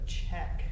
check